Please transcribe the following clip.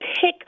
pick